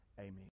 amen